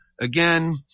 Again